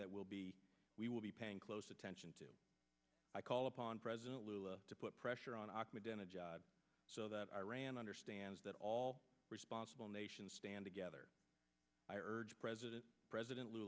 that will be we will be paying close attention to i call upon president lula to put pressure on iraq within a job so that iran understands that all responsible nations stand together i urge president president l